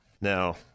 Now